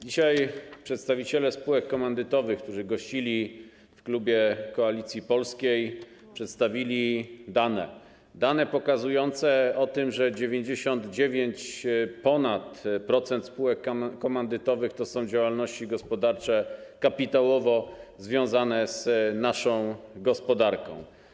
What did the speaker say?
Dzisiaj przedstawiciele spółek komandytowych, którzy gościli w klubie Koalicji Polskiej, przedstawili dane pokazujące, że ponad 99% spółek komandytowych to są działalności gospodarcze kapitałowo związane z naszą gospodarką.